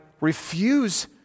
refuse